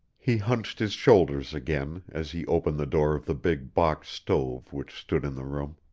he hunched his shoulders again as he opened the door of the big box stove which stood in the room.